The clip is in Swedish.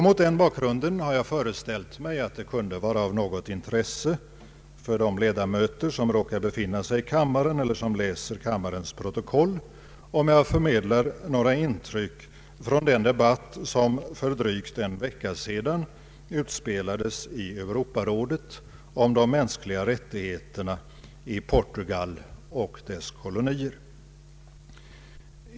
Mot den bakgrunden har jag föreställt mig att det kunde vara av något intresse för de ledamöter som råkar befinna sig i kammaren eller som läser kammarens protokoll, om jag förmedlar några intryck från den debatt som för drygt en vecka sedan utspelades i Europarådet om de mänskliga rättigheterna i Portugal och dess kolonier.